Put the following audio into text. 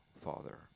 Father